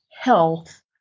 health